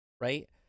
Right